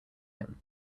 him